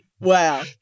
Wow